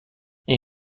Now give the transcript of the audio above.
این